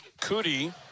Cootie